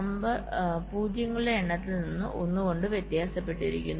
number പൂജ്യങ്ങളുടെ എണ്ണത്തിൽ നിന്ന് 1 കൊണ്ട് വ്യത്യാസപ്പെട്ടിരിക്കുന്നു